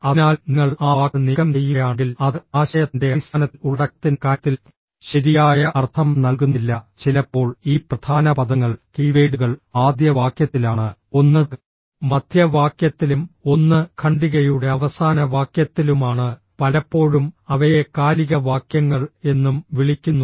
അതിനാൽ നിങ്ങൾ ആ വാക്ക് നീക്കം ചെയ്യുകയാണെങ്കിൽ അത് ആശയത്തിന്റെ അടിസ്ഥാനത്തിൽ ഉള്ളടക്കത്തിന്റെ കാര്യത്തിൽ ശരിയായ അർത്ഥം നൽകുന്നില്ല ചിലപ്പോൾ ഈ പ്രധാന പദങ്ങൾ കീവേഡുകൾ ആദ്യ വാക്യത്തിലാണ് ഒന്ന് മധ്യ വാക്യത്തിലും ഒന്ന് ഖണ്ഡികയുടെ അവസാന വാക്യത്തിലുമാണ് പലപ്പോഴും അവയെ കാലിക വാക്യങ്ങൾ എന്നും വിളിക്കുന്നു